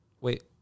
Wait